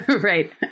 Right